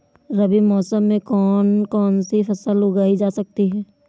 रबी मौसम में कौन कौनसी फसल उगाई जा सकती है?